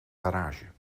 garage